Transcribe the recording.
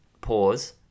Pause